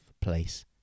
place